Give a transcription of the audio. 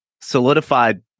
solidified